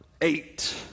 eight